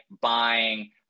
buying